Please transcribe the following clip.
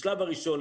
בשלב הראשון,